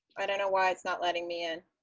i don't know why it's not letting me in.